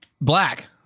Black